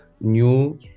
new